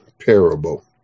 parable